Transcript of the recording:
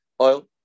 Oil